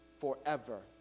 forever